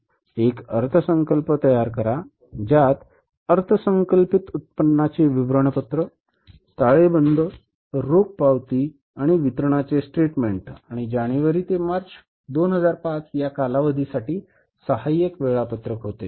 एक अर्थसंकल्प तयार करा ज्यात अर्थसंकल्पित उत्पन्नाचे विवरणपत्र ताळेबंद रोख पावती आणि वितरणाचे स्टेटमेंट आणि जानेवारी ते मार्च 2005 या कालावधीसाठी सहाय्यक वेळापत्रक होते